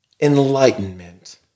Enlightenment